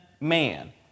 man